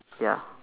ya